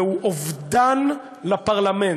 זהו אובדן לפרלמנט.